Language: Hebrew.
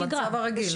במצב הרגיל.